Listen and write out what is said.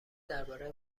درباره